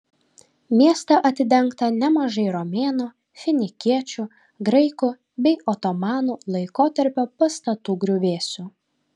mieste atidengta nemažai romėnų finikiečių graikų bei otomanų laikotarpio pastatų griuvėsių